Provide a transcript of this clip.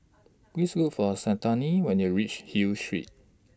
Please Look For Santina when you're REACH Hill Street